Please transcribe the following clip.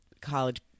college